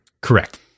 correct